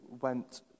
went